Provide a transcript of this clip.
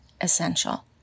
essential